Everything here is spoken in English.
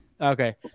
Okay